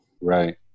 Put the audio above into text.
Right